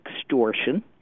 extortion